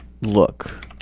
look